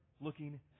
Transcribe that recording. looking